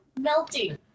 melting